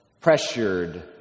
pressured